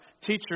teachers